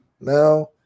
Now